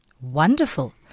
wonderful